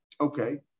Okay